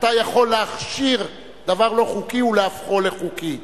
אתה יכול להכשיר דבר לא חוקי ולהופכו לחוקי.